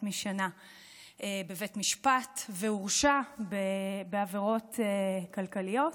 משנה בבית משפט והורשע בעבירות כלכליות.